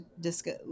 discuss